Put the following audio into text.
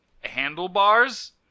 handlebars